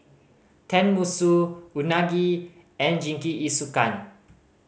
Tenmusu Unagi and Jingisukan